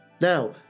Now